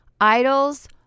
Idols